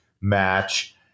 match